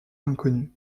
inconnu